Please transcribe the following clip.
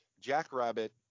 Jackrabbit